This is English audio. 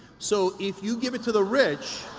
so, if you give it to the rich.